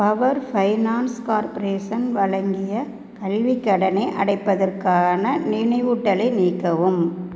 power finance corporation வழங்கிய கல்விக் கடனை அடைப்பதற்கான நினைவூட்டலை நீக்கவும்